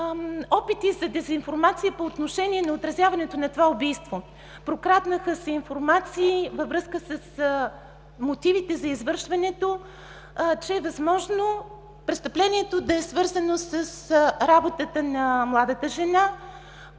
опитите за дезинформация по отношение на отразяването на това убийство. Прокраднаха се информации във връзка с мотивите за извършването, че е възможно престъплението да е свързано с работата на младата жена.